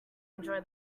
enjoy